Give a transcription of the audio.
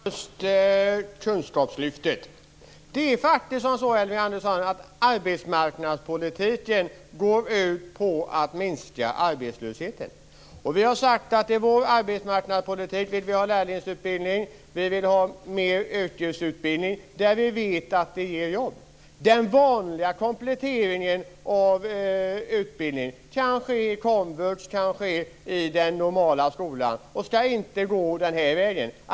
Fru talman! Först vill jag kommentera kunskapslyftet. Det är faktiskt så, Elving Andersson, att arbetsmarknadspolitiken går ut på att minska arbetslösheten. Vi har sagt att vi i vår arbetsmarknadspolitik vill ha lärlingsutbildning och mer yrkesutbildning, som vi vet ger jobb. Den vanliga kompletteringen av utbildning kan ske i komvux och i den normala skolan och skall inte gå den här vägen.